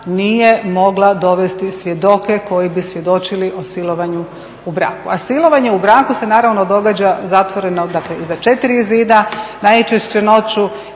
nije mogla dovesti svjedoke koji bi svjedočili o silovanju u braku. A silovanje u braku se naravno događa zatvoreno, dakle iza četiri zida, najčešće noću